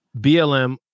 BLM